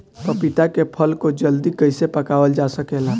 पपिता के फल को जल्दी कइसे पकावल जा सकेला?